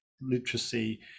literacy